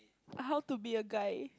how to be a guy